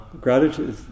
gratitude